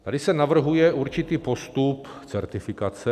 Tady se navrhuje určitý postup certifikace.